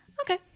Okay